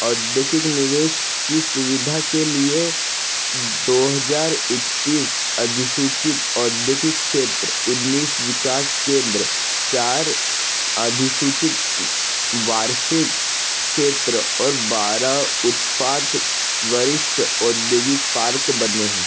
औद्योगिक निवेश की सुविधा के लिए दो हज़ार इकतीस अधिसूचित औद्योगिक क्षेत्र उन्नीस विकास केन्द्र चार अधिसूचित वार्षिक क्षेत्र और बारह उत्पाद वरिष्ट औद्योगिक पार्क बने हैं